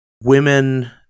women